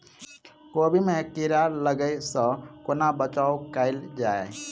कोबी मे कीड़ा लागै सअ कोना बचाऊ कैल जाएँ?